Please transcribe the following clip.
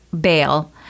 bail